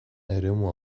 eremu